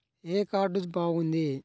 ఏ card బాగుంది?